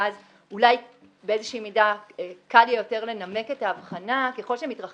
ואז אולי באיזה מידה קל יותר לנמק את ההבחנה ככל שמתרחקים